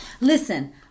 Listen